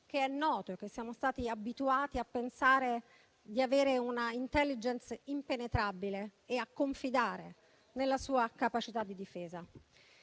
che è noto, che siamo stati abituati a pensare avere una *intelligence* impenetrabile e a confidare nella sua capacità di difesa.